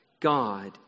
God